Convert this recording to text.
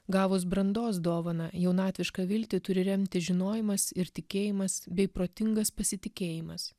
gavus brandos dovaną jaunatvišką viltį turi remti žinojimas ir tikėjimas bei protingas pasitikėjimas